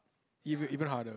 eve~ even harder